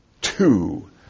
two